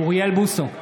אוריאל בוסו,